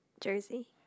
Jersey